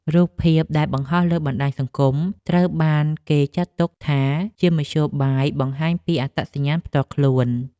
រូបភាពដែលបង្ហោះលើបណ្ដាញសង្គមត្រូវបានគេចាត់ទុកថា ជាមធ្យោបាយបង្ហាញពីអត្តសញ្ញាណផ្ទាល់ខ្លួន។